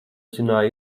zināju